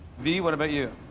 v, what about you?